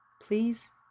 Please